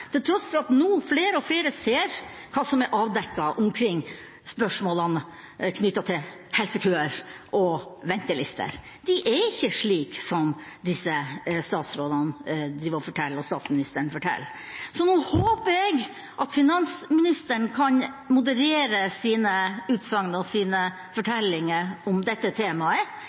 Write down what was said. til tross for at flere og flere nå ser hva som er avdekket omkring spørsmålene knyttet til helsekøer og ventelister – de er ikke slik som disse statsrådene og statsministeren forteller. Så nå håper jeg at finansministeren kan moderere sine utsagn og sine fortellinger om dette temaet, ikke av hensyn til Arbeiderpartiet, for vi er